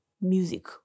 music